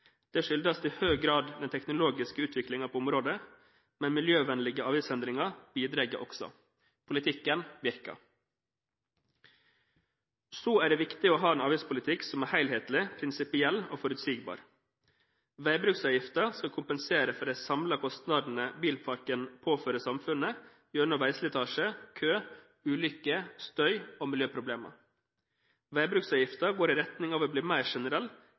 Det skyldes i høy grad den teknologiske utviklingen på området, men miljøvennlige avgiftsendringer bidrar også. Politikken virker. Det er viktig å ha en avgiftspolitikk som er helhetlig, prinsipiell og forutsigbar. Veibruksavgiften skal kompensere for de samlede kostnadene bilparken påfører samfunnet gjennom veislitasje, kø, ulykker, støy og miljøproblemer. Veibruksavgiften går i retning av å bli mer generell,